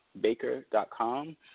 baker.com